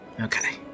Okay